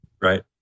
Right